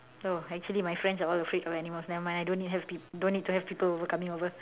oh actually my friends are all afraid of animals never mind I don't need don't need to have people over coming over